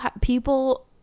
people